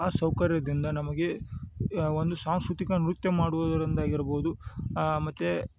ಆ ಸೌಕರ್ಯದಿಂದ ನಮಗೆ ಒಂದು ಸಾಂಸ್ಕೃತಿಕ ನೃತ್ಯ ಮಾಡುವುದರಿಂದಾಗಿರಬೌದು ಮತ್ತು